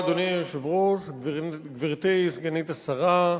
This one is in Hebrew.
אדוני היושב-ראש, תודה רבה, גברתי סגנית השר,